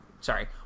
Sorry